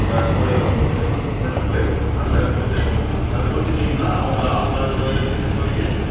க கூடையில் போட்டு கொண்டுட்டு போய் அங்கே குடுத்துடணும் அங்கே கொடுத்துட்டிங்கனா அவர்கள் அவர்கள் அதை எடுத்துக்கிட்டு போய்